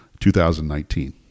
2019